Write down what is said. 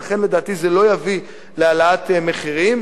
ולכן לדעתי זה לא יביא להעלאת מחירים.